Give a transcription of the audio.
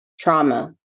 trauma